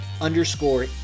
underscore